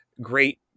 great